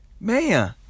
man